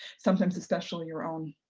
sometimes especially your own.